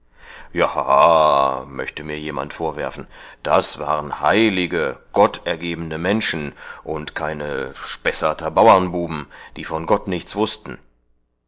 möchte mir jemand vorwerfen das waren heilige gottergebene menschen und keine spesserter baurenbuben die von gott nichts wußten